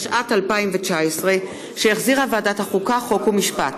התשע"ט 2019, שהחזירה ועדת החוקה, חוק ומשפט,